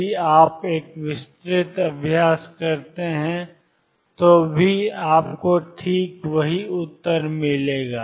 यदि आप एक विस्तृत अभ्यास करते हैं तो भी आपको ठीक वही उत्तर मिलेगा